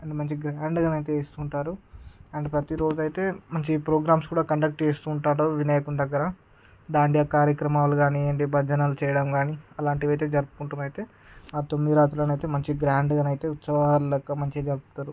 and మంచి గ్రాండ్గా అయితే చేస్తూ ఉంటారు అండ్ ప్రతిరోజు అయితే మంచి ప్రోగ్రామ్స్ కూడా కండక్ట్ చేస్తూ ఉంటారు వినాయకుడు దగ్గర దాండియా కార్యక్రమాలు గానీయండి భజనలు చేయడం కాని అలాంటివయితే జరుపుకుంటూ అయితే ఆ తొమ్మిది రాత్రులను అయితే మంచి గ్రాండ్గా అయితే ఉత్సవాలు లెక్క మంచిగా జరుపుతారు